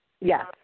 Yes